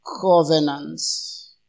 covenants